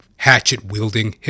hatchet-wielding